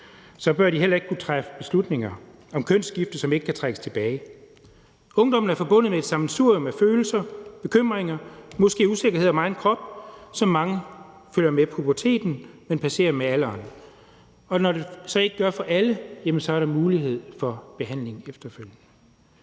så bør de heller ikke kunne træffe beslutninger om kønsskifte, som ikke kan trækkes tilbage. Ungdommen er forbundet med et sammensurium af følelser, bekymringer og måske usikkerhed om egen krop, som følger med mange gennem puberteten, men passerer med alderen. Når det så ikke sker for alle, er der mulighed for behandling efterfølgende.